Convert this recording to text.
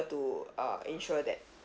to uh insure that